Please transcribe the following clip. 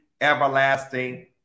everlasting